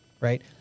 Right